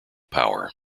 power